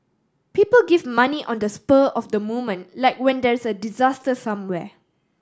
people give money on the spur of the moment like when there's a disaster somewhere